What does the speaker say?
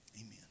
Amen